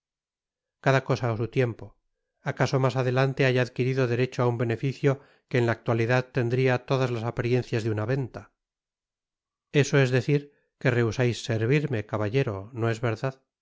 cada cosa á su tiempo acaso mas adelante haya adquirido derecho á un beneficio que en la actualidad tendria todas las apariencias de una venta eso es decir que rehusais servirme caballero no es verdad